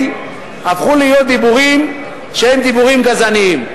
הפכו להיות דיבורים שהם דיבורים גזעניים?